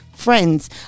Friends